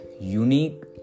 unique